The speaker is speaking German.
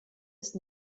ist